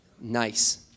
Nice